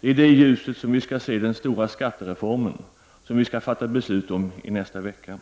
Det är i det ljuset som vi skall se den stora skattereformen, som vi skall fatta beslut om i nästa vecka.